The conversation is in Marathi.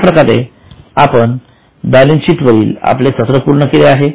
अशाप्रकारे आपण बॅलन्स शीट वरील आपले सत्र पूर्ण केले आहे